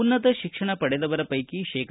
ಉನ್ನತ ಶಿಕ್ಷಣ ಪಡೆದವರ ಪೈಕಿ ಶೇ